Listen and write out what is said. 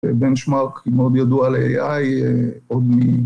ב-benchmark מאוד ידוע ל-AI עוד מ...